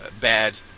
bad